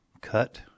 cut